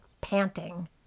panting